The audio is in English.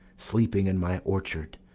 sleeping in my orchard,